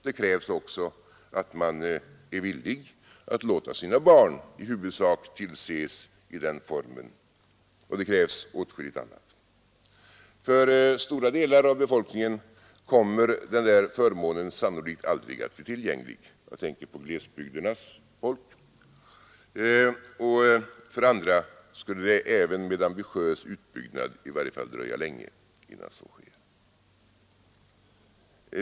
Det krävs också att man är villig att låta sina barn i huvudsak tillses i den formen. Och det krävs åtskilligt annat. För stora delar av befolkningen kommer denna förmån sannolikt aldrig att bli tillgänglig — jag tänker på glesbygdernas folk — och för de andra skulle det även med en ambitiös utbyggnad i varje fall dröja länge innan så sker.